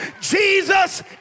Jesus